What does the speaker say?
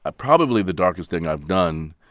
ah probably the darkest thing i've done,